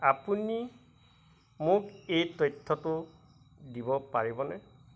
আপুনি মোক এই তথ্যটো দিব পাৰিবনে